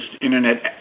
Internet